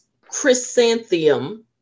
chrysanthemum